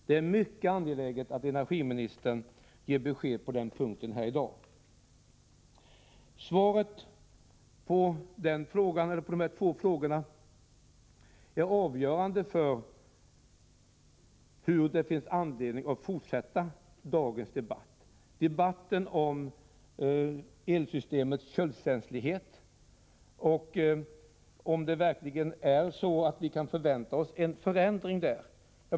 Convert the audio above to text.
Det är mycket angeläget att energiministern ger besked på den punkten här i dag. Svaret på dessa två frågor är avgörande för huruvida det finns anledning att fortsätta dagens debatt om elsystemets köldkänslighet eller om vi kan förvänta oss en förändring därvidlag.